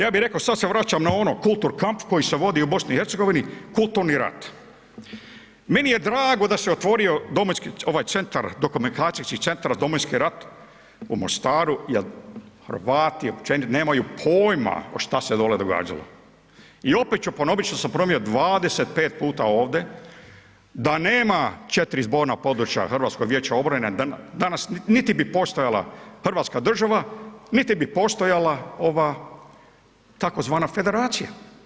Ja bi reko sad se vraćam na ono kultur kamp koji se vodi u BiH, kulturni rat, meni je drago da se otvorio domovinski, ovaj centar, dokumentacijski centar za domovinski rat u Mostaru jer Hrvati općenito nemaju pojma šta se dole događalo i opet ću ponovit što sam ponovio 25 puta ovde, da nema 4 zborna područja HVO danas niti bi postojala hrvatska država, niti bi postojala ova tzv. federacija.